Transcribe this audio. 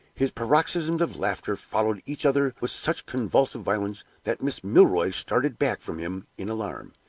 his paroxysms of laughter followed each other with such convulsive violence that miss milroy started back from him in alarm,